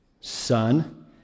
Son